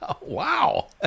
Wow